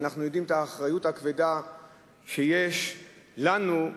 ואנחנו יודעים את האחריות הכבדה שיש לנו,